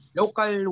local